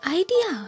idea